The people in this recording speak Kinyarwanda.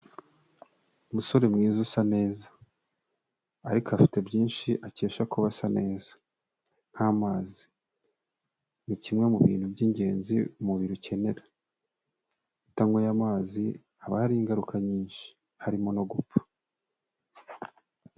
Umusore mwiza usa neza, ariko afite byinshi akesha kuba asa neza nk'amazi. Ni kimwe mu bintu by'ingenzi umubiri ukenera, utanyweye amazi haba hari ingaruka nyinshi harimo no gupfa.